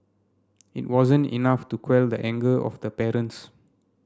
it wasn't enough to quell the anger of the parents